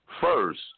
First